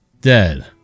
Dead